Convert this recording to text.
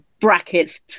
brackets